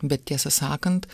bet tiesą sakant